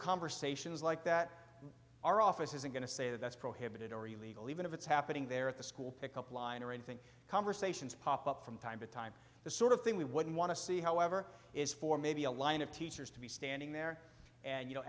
conversations like that our office isn't going to say that's prohibited or you legal even if it's happening there at the school pick up line or anything conversations pop up from time to time the sort of thing we wouldn't want to see however is for maybe a line of teachers to be standing there and you know